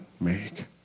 make